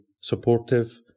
supportive